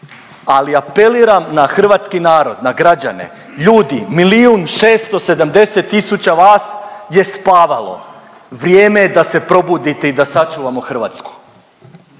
Ali apeliram na hrvatski narod, na građane. Ljudi milijun 670000 vas je spavalo, vrijeme je da se probudite i da sačuvamo Hrvatsku.